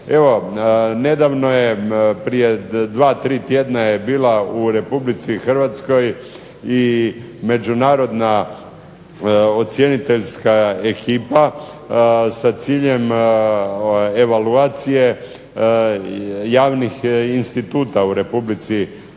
nedavno je prije dva, tri tjedna bila u RH i Međunarodna ocjeniteljska ekipa sa ciljem evaluacije javnih instituta u RH, pa je tako